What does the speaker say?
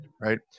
right